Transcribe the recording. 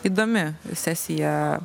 įdomi sesija